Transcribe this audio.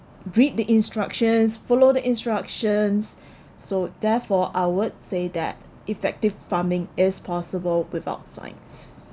read the instructions follow the instructions so therefore I would say that effective farming is possible without science